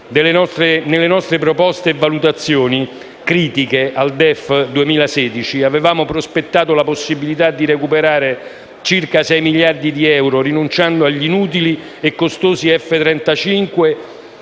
Nelle nostre proposte e valutazioni critiche al DEF 2016, noi avevamo prospettato la possibilità di recuperare circa sei miliardi di euro, rinunciando agli inutili e costosi F35